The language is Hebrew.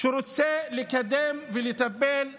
שרוצה לקדם ולטפל בה,